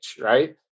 right